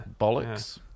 bollocks